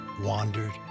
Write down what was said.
wandered